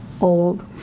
old